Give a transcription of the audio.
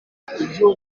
icyo